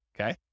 okay